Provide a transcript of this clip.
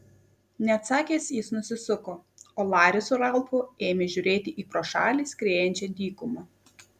neatsakęs jis nusisuko o laris su ralfu ėmė žiūrėti į pro šalį skriejančią dykumą